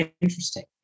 interesting